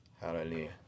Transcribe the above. hallelujah